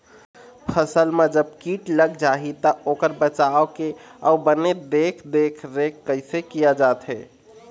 फसल मा जब कीट लग जाही ता ओकर बचाव के अउ बने देख देख रेख कैसे किया जाथे?